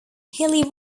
hilly